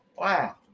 Wow